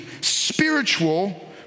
spiritual